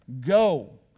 go